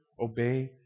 obey